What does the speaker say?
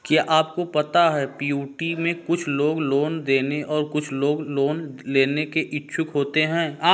क्या आपको पता है पी.टू.पी में कुछ लोग लोन देने और कुछ लोग लोन लेने के इच्छुक होते हैं?